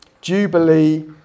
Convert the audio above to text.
Jubilee